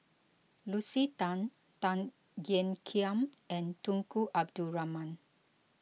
Lucy Tan Tan Ean Kiam and Tunku Abdul Rahman